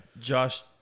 Josh